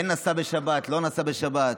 כן נסע בשבת, לא נסע בשבת,